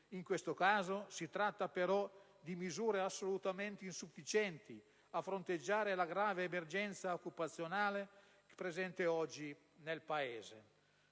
in questo caso si traducono in misure assolutamente insufficienti a fronteggiare la grave emergenza occupazionale presente oggi nel Paese.